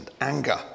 anger